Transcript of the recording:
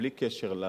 בלי קשר,